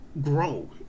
grow